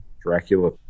Dracula